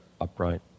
upright